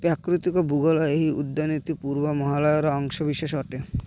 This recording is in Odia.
ପ୍ରାକୃତିକ ଭୂଗୋଳ ଏହି ଉଦ୍ୟାନଟି ପୂର୍ବ ହିମାଳୟର ଅଂଶ ବିଶେଷ ଅଟେ